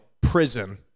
prison